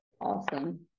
Awesome